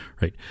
right